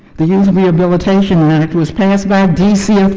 the rehabilitation act was passed by d c.